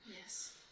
yes